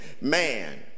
man